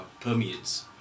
permeates